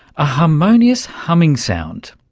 a harmonious humming sound?